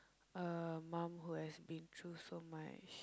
a mum who has been through so much